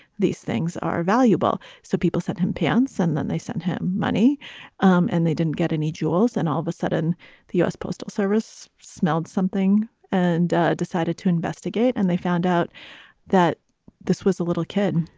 these things are valuable. so people said him pants and then they sent him money um and they didn't get any jewels. and all of a sudden the u s. postal service smelled something and decided to investigate. and they found out that this was a little kid,